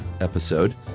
episode